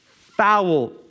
Foul